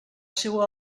seua